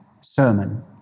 sermon